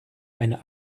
eine